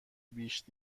بیش